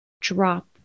drop